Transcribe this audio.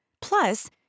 Plus